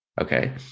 Okay